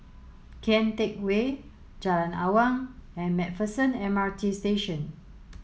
Kian Teck Way Jalan Awang and MacPherson M R T Station